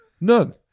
None